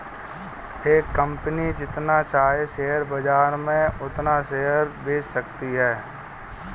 एक कंपनी जितना चाहे शेयर बाजार में उतना शेयर बेच सकती है